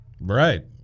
Right